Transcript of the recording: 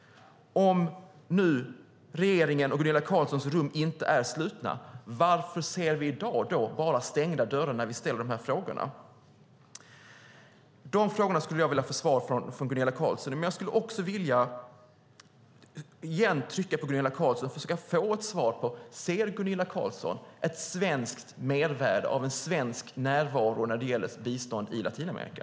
Om nu regeringens och Gunilla Carlssons rum inte är slutna, varför ser vi då i dag bara stängda dörrar när vi ställer de här frågorna? De frågorna skulle jag vilja få svar på från Gunilla Carlsson. Men jag skulle också återigen vilja trycka på Gunilla Carlsson och försöka få ett svar på: Ser Gunilla Carlsson ett mervärde av en svensk närvaro när det gäller biståndet i Latinamerika?